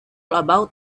about